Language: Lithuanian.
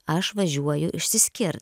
aš važiuoju išsiskirt